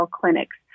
clinics